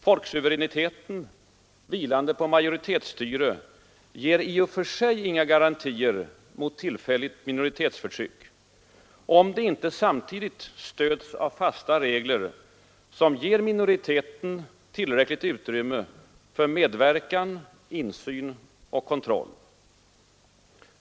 Folksuveräniteten vilande på majoritetsstyre ger i och för sig inga garantier mot tillfälligt minoritetsförtryck, om det inte samtidigt stöds av fasta regler som ger minoriteten tillräckligt utrymme för medverkan, insyn och kontroll.